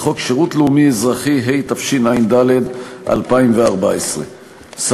וחוק שירות לאומי-אזרחי, התשע"ד 2014. א.